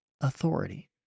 authority